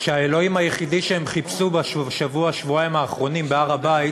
חברים שהאלוהים היחידי שהם חיפשו בשבוע-שבועיים האחרונים בהר-הבית